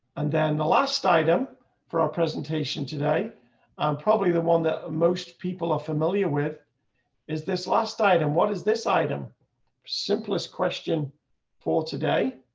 and then the last item for our presentation today probably the one that most people are familiar with is this last item. what is this item simplest question for today.